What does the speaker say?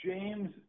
James